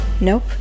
Nope